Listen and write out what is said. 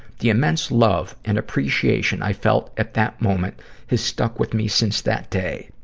the immense love and appreciation i felt at that moment has stuck with me since that day.